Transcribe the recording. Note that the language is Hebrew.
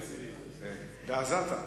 בעזתה.